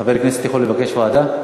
חבר כנסת יכול לבקש ועדה?